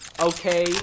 Okay